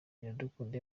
iradukunda